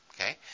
Okay